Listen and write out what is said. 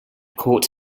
court